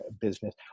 business